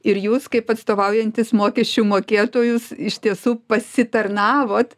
ir jūs kaip atstovaujantis mokesčių mokėtojus iš tiesų pasitarnavot